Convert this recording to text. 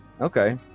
Okay